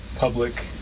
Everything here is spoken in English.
Public